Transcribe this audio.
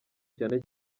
cyane